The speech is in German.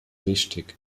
wichtig